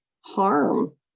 harm